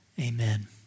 Amen